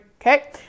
Okay